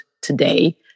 today